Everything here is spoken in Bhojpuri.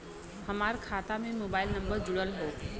हमार खाता में मोबाइल नम्बर जुड़ल हो?